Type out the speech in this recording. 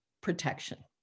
protection